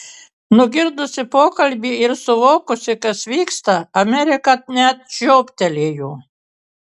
nugirdusi pokalbį ir suvokusi kas vyksta amerika net žiobtelėjo